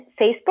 Facebook